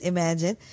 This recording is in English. Imagine